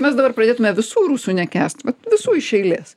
mes dabar pradėtume visų rusų nekęst visų iš eilės